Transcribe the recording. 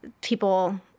people